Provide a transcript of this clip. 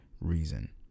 reason